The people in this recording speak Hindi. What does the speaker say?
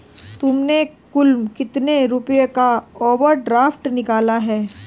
तुमने कुल कितने रुपयों का ओवर ड्राफ्ट निकाला है?